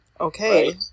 Okay